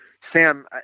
Sam